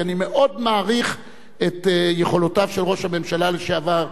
כי אני מאוד מעריך את יכולותיו של ראש הממשלה לשעבר,